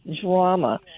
drama